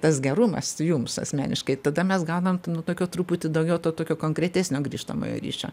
tas gerumas jums asmeniškai tada mes gaunam nu tokio truputį daugiau to tokio konkretesnio grįžtamojo ryšio